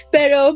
Pero